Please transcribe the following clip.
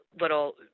little